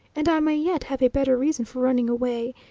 and i may yet have a better reason for running away.